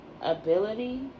ability